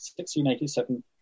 1687